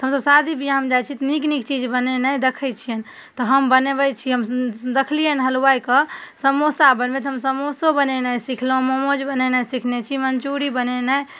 तऽ हमसभ शादी बिआहमे जाइ छी तऽ नीक नीक चीज बनेनाइ देखै छिअनि तऽ हम बनबै छी देखलिअनि हलवाइके समोसा बनबैत हम समोसो बनेनाइ सिखलहुँ मोमोज बनेनाइ सिखने छी मञ्चूरिअन बनेनाइ